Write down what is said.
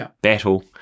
battle